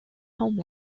home